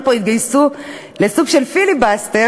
פה אנחנו קובעים באופן חד-משמעי שכר דירה ריאלי.